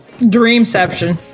Dreamception